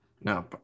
No